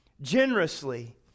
generously